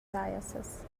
dioceses